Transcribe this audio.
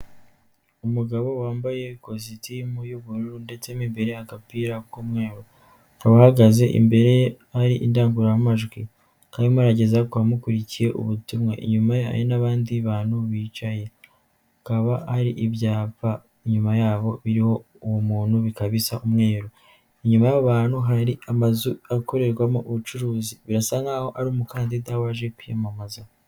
Umugabo wambaye ikositimu y'ubururu ndetse n'imbere agapira k'umweru, akaba abahagaze imbere ye ari indangururamajwi, akaba arimo arageza ku bamukurikiye, ubutumwa inyuma ye hari n'abandi bantu bicaye, hakaba ari ibyapa inyuma yabo biriho uwo muntu bikababisa umweru, inyuma yabo bantu hari amazu akorerwamo ubucuruzi, birasa nkaho ari umukandida waje kwiyamamaza.